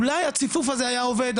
אולי הצפוף הזה היה עובד,